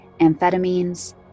amphetamines